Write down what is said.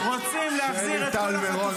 -- רוצים להחזיר את כל החטופים,